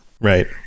Right